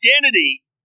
identity